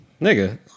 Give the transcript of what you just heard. Nigga